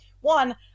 one